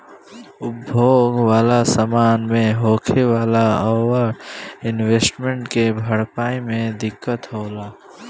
उपभोग वाला समान मे होखे वाला ओवर इन्वेस्टमेंट के भरपाई मे दिक्कत होला